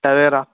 Tavera